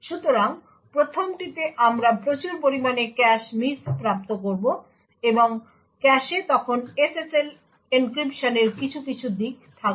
সুতরাং 1ম টিতে আমরা প্রচুর পরিমাণে ক্যাশ মিস প্রাপ্ত করব এবং ক্যাশে তখন SSL এনক্রিপশনের কিছু কিছু দিক থাকবে